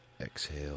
exhale